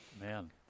Man